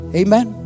amen